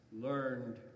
learned